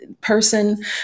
Person